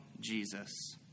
Jesus